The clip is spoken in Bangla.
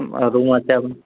রুম আছে আপনার